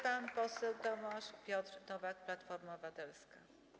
Pan poseł Tomasz Piotr Nowak, Platforma Obywatelska.